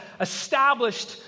established